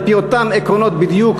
על-פי אותם עקרונות בדיוק